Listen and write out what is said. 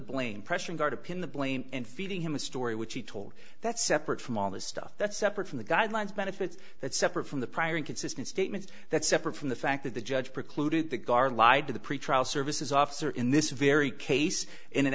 blame pressuring her to pin the blame and feeding him a story which he told that's separate from all this stuff that's separate from the guidelines benefits that separate from the prior inconsistent statements that separate from the fact that the judge precluded the guard lied to the pretrial services officer in this very case in an